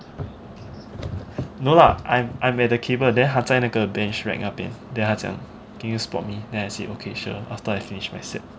no lah I'm at the cable then 他在那个 bench rack 那边 then 他讲 can you spot me then I say okay sure after I finish my set